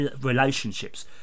Relationships